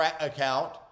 account